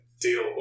deal